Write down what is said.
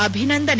ಅಭಿನಂದನೆ